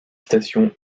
stations